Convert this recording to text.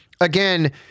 again